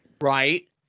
Right